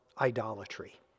idolatry